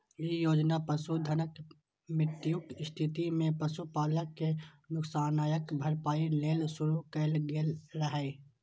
ई योजना पशुधनक मृत्युक स्थिति मे पशुपालक कें नुकसानक भरपाइ लेल शुरू कैल गेल रहै